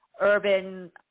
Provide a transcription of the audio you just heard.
urban